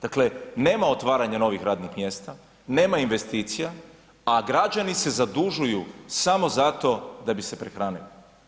Dakle, nema otvaranja novih radnih mjesta, nema investicija a građani se zadužuju samo zato da bi se prehranili.